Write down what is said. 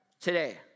today